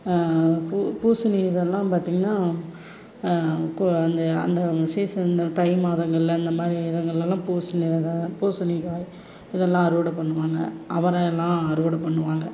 பூ பூசணி இதெல்லாம் பார்த்தீங்கன்னா கு அந்த அந்த அந்த சீசன் இந்த தை மாதங்களில் அந்தமாதிரி இதுங்களெல்லாம் பூசணி விதை பூசணிக்காய் இதெல்லாம் அறுவடை பண்ணுவாங்க அவரை எல்லாம் அறுவடை பண்ணுவாங்க